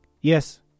Yes